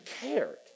cared